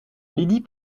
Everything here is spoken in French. lydie